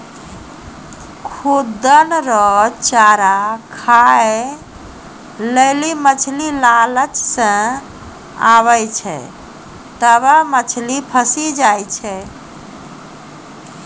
खुद्दन रो चारा खाय लेली मछली लालच से आबै छै तबै मछली फंसी जाय छै